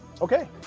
Okay